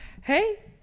Hey